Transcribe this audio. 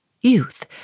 Youth